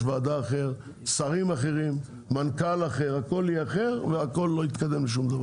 וועדה אחר; שרים אחרים; מנכ"ל אחר; הכל יהיה אחר ושום דבר לא יתקדם.